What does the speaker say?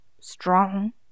strong